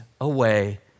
away